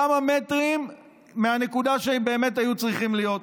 כמה מטרים מהנקודה שהם באמת היו צריכים להיות בה.